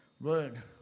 word